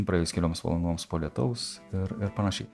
praėjus kelioms valandoms po lietaus ir ir panašiai